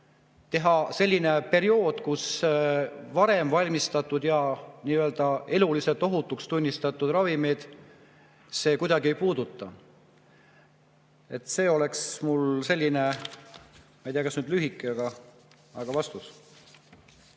selline periood ning varem valmistatud ja eluliselt ohutuks tunnistatud ravimeid see kuidagi ei puudutaks. See oli mul selline, ma ei tea, kas nüüd lühike, aga vastus.